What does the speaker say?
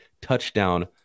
touchdown